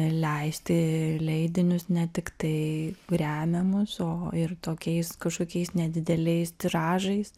leisti leidinius ne tiktai remiamus o ir tokiais kažkokiais nedideliais tiražais